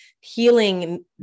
healing